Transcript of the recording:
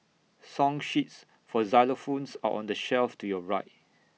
song sheets for xylophones are on the shelf to your right